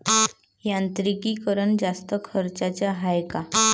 यांत्रिकीकरण जास्त खर्चाचं हाये का?